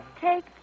take